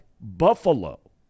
Buffalo